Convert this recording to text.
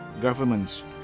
governments